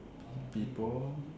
people